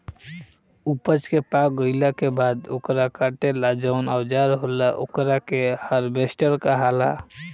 ऊपज के पाक गईला के बाद ओकरा काटे ला जवन औजार होला ओकरा के हार्वेस्टर कहाला